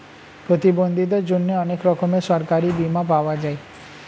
প্রতিবন্ধীদের জন্যে অনেক রকমের সরকারি বীমা পাওয়া যায়